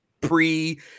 pre